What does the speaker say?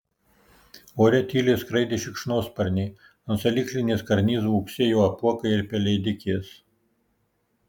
ore tyliai skraidė šikšnosparniai ant salyklinės karnizų ūksėjo apuokai ir pelėdikės